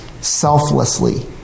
selflessly